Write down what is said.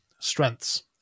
strengths